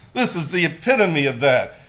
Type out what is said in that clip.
this is the epitome of that.